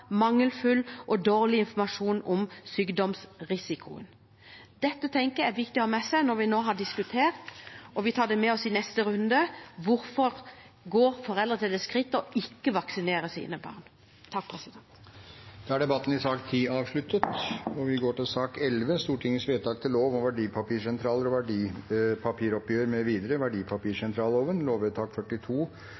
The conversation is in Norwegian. mangelfull og dårlig informasjon om sykdomsrisikoen. Dette tenker jeg det er viktig å ha med seg når vi nå diskuterer dette, og vi tar i neste runde med oss hvorfor foreldre går til det skritt ikke å vaksinere sine barn. Debatten i sak nr. 10 er da avsluttet. Ingen har bedt om ordet til sak nr. 11. Da er Stortinget klar til